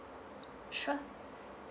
sure